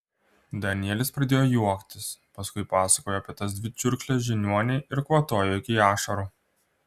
danielis pradėjo juoktis paskui pasakojo apie tas dvi čiurkšles žiniuonei ir kvatojo iki ašarų